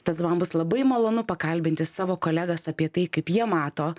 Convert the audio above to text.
tad man bus labai malonu pakalbinti savo kolegas apie tai kaip jie mato